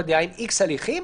עם X הליכים,